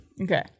Okay